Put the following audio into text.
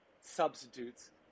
substitutes